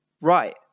right